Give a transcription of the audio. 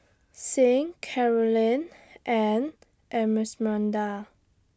Sing Carolyne and Esmeralda